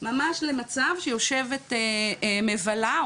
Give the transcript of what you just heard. ממש למצב שיושבת מבלה,